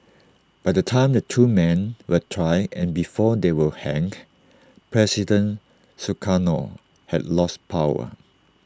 by the time the two men were tried and before they were hanged president Sukarno had lost power